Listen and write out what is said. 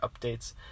updates